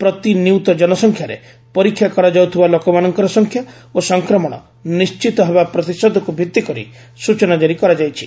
ପ୍ରତି ନିୟୁତ କନସଂଖ୍ୟାରେ ପରୀକ୍ଷା କରାଯାଉଥିବା ଲୋକମାନଙ୍କର ସଂଖ୍ୟା ଓ ସଂକ୍ରମଣ ନିଶ୍ଚିତ ହେବା ପ୍ରତିଶତକ୍ତ ଭିତ୍ତି କରି ସ୍ଚନା କାରି କରାଯାଇଛି